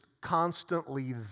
constantly